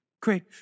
great